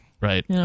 Right